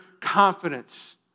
confidence